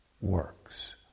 works